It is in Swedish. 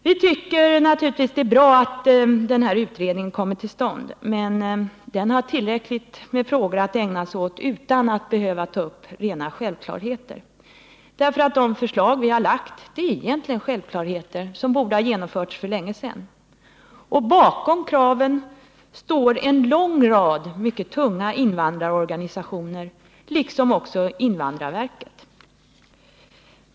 Vi tycker naturligtvis att det är bra att denna utredning kommer till stånd, men den har tillräckligt med frågor att ägna sig åt utan att behöva ta upp rena självklarheter. De förslag vi lagt fram är ju egentligen självklarheter och borde ha genomförts för länge sedan. Bakom förslagen står också en lång rad mycket tunga invandrarorganisationer, liksom invandrarverket.